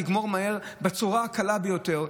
לגמור מהר ובצורה הקלה ביותר.